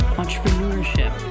entrepreneurship